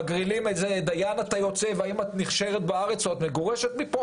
מגרילים איזה דיין אתה יוצא והאם את נשארת בארץ או את מגורשת מפה,